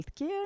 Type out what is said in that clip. healthcare